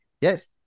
Yes